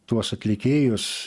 tuos atlikėjus